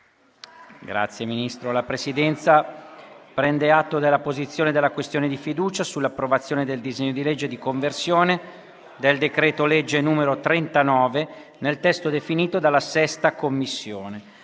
nuova finestra"). La Presidenza prende atto della posizione della questione di fiducia sull'approvazione del disegno di legge di conversione del decreto-legge n. 39, nel testo proposto dalla Commissione.